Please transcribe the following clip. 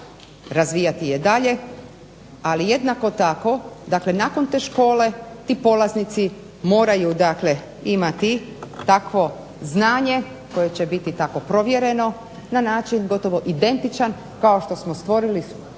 razvijati je dalje, ali jednako tako dakle nakon te škole ti polaznici moraju imati takvo znanje koje će biti tako provjereno na način gotovo identičan kao što smo stvorili